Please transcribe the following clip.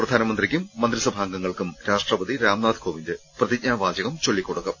പ്രധാനമന്ത്രിക്കും മന്ത്രിസഭാ അംഗങ്ങൾക്കും രാഷ്ട്രപതി രാംനാഥ് കോവിന്ദ് പ്രതിജ്ഞാവാചകം ചൊല്ലിക്കൊടുക്കും